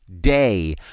day